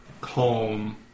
calm